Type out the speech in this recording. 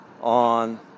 on